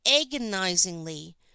agonizingly